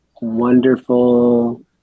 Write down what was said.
wonderful